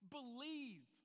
Believe